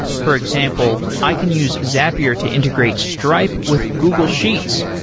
for example, i can use zapier to integrate stripe with google sheets,